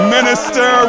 Minister